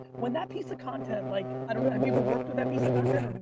when that piece of content like, i don't know. have you ever worked with that piece of content? or did